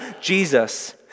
Jesus